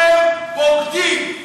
אתם בוגדים.